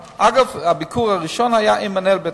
אגב, הביקור הראשון היה עם מנהל בית-החולים,